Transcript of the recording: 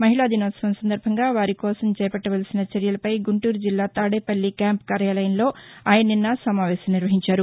మహిళా దినోత్సవం సందర్బంగా వారి కోసం చేపట్టవలసిన చర్యలపై గుంటూరు జిల్లా తాడేపల్లి క్యాంపు కార్యాలయంలో ఆయన నిన్న సమావేశం నిర్వహించారు